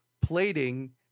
plating